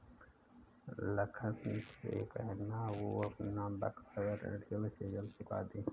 लखन से कहना, वो अपना बकाया ऋण जल्द से जल्द चुका दे